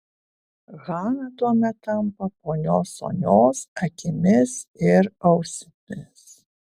hana tuomet tampa ponios sonios akimis ir ausimis